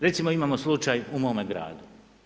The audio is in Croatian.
Recimo imamo slučaju i mome gradu.